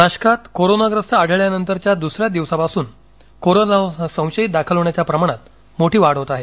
नाशकात कोरोनाग्रस्त आढळल्यानंतरच्या द्सऱ्याच दिवसापासुन कोरोना संशयित दाखल होण्याच्या प्रमाणात मोठी वाढ होत आहे